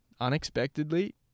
unexpectedly